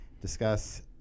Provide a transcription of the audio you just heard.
discuss